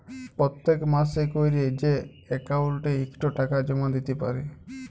পত্তেক মাসে ক্যরে যে অক্কাউল্টে ইকট টাকা জমা দ্যিতে পারে